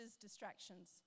distractions